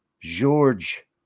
George